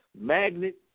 magnet